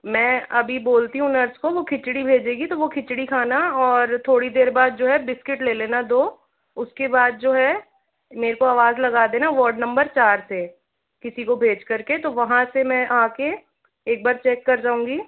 मैं अभी बोलती हूँ नर्स को वो खिचड़ी भेजेंगी तो वो खिचड़ी खाना और थोड़ी देर बाद जो है बिस्किट ले लेना दो उसके बाद जो है मेरे को आवाज लगा देना वार्ड नंबर चार पे किसी को भेज कर के तो वहाँ से मैं आके एक बार चेक कर जाऊँगी